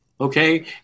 okay